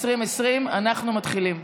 2020. אנחנו מתחילים.